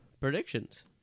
predictions